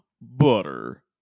Butter